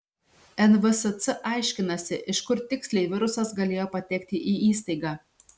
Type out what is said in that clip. nvsc aiškinasi iš kur tiksliai virusas galėjo patekti į įstaigą